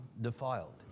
defiled